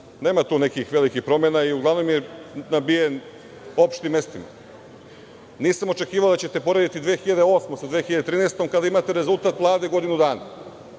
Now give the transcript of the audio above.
nema tu nekih velikih promena. Uglavnom je nabijen opštim mestima. Nisam očekivao da ćete porediti 2008. sa 2013. godinom, kada imate rezultat Vlade godinu dana.